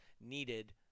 needed